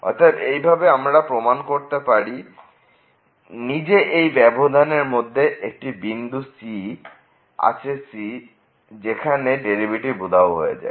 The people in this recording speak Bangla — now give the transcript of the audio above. অতএব এইভাবে আমরা প্রমান করতে পারি নিজে এই ব্যবধান এর মধ্যে একটি বিন্দু আছে c যেখানে ডেরিভেটিভ উধাও হয়ে যায়